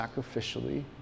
sacrificially